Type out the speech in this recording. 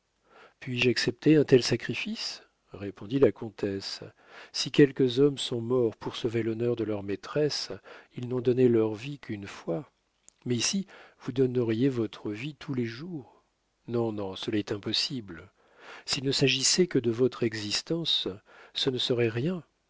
puis-je accepter un tel sacrifice répondit la comtesse si quelques hommes sont morts pour sauver l'honneur de leur maîtresse ils n'ont donné leur vie qu'une fois mais ici vous donneriez votre vie tous les jours non non cela est impossible s'il ne s'agissait que de votre existence ce ne serait rien